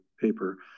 paper